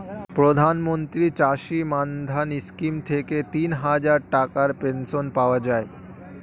প্রধানমন্ত্রী চাষী মান্ধান স্কিম থেকে তিনহাজার টাকার পেনশন পাওয়া যায়